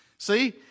See